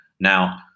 Now